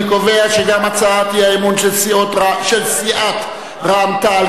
אני קובע שגם הצעת האי-אמון של סיעת רע"ם-תע"ל,